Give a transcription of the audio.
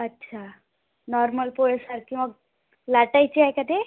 अच्छा नॉर्मल पोळीसारखी मग लाटायची आहे का ते